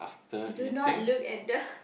do not look at the